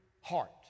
heart